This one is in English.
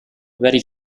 very